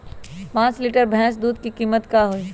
पाँच लीटर भेस दूध के कीमत का होई?